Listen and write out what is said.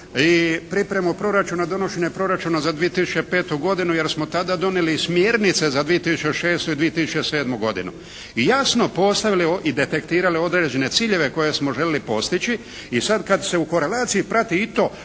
i pripremu proračuna, donošenje proračuna za 2005. godinu jer smo tada donijeli i smjernice za 2006. i 2007. godinu i jasno postavili i detektirali određene ciljeve koje smo željeli postići i sad kad se u korelaciji prati i to,